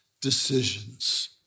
decisions